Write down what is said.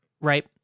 Right